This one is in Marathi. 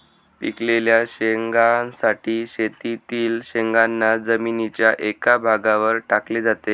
पिकलेल्या शेंगांसाठी शेतातील शेंगांना जमिनीच्या एका भागावर टाकले जाते